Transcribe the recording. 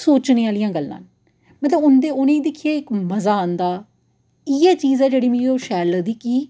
सोचने आह्लियां गल्लां न मतलब उंदे उ'नेंगी दिक्खियै इक मजा आंदा इ'यै चीज ऐ जेह्ड़ी मी ओह् शैल लगदी कि